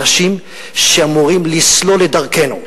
אנשים שאמורים לסלול את דרכנו,